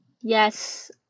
yes